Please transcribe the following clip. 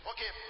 Okay